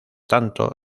tanto